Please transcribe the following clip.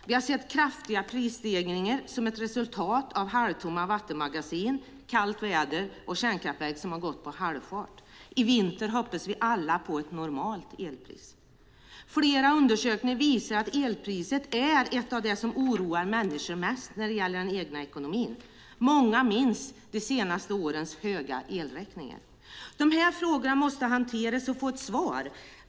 Vi har sett kraftiga prisstegringar som ett resultat av halvtomma vattenmagasin, kallt väder och kärnkraftverk som har gått på halvfart. I vinter hoppas vi alla på ett normalt elpris. Flera undersökningar visar att elpriset är en av de saker som oroar människor mest när det gäller den egna ekonomin. Många minns de senaste årens höga elräkningar. Dessa frågor måste hanteras och få ett svar.